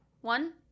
one